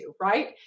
right